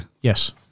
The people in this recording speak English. Yes